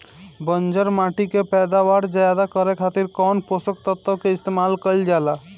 बंजर माटी के पैदावार ज्यादा करे खातिर कौन पोषक तत्व के इस्तेमाल कईल जाला?